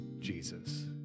Jesus